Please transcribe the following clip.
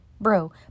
Bro